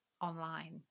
online